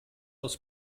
aus